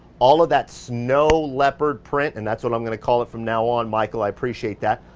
all of that snow leopard print, and that's what i'm gonna call it from now on, michael, i appreciate that,